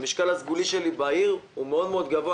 המשקל הסגולי שלי בעיר גבוה מאוד,